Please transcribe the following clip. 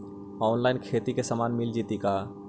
Online खेती के सामान मिल जैतै का?